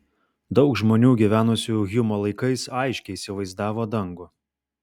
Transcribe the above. daug žmonių gyvenusių hjumo laikais aiškiai įsivaizdavo dangų